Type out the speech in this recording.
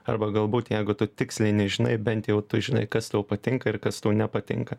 arba galbūt jeigu tu tiksliai nežinai bent jau tu žinai kas tau patinka ir kas tau nepatinka